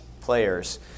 players